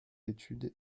études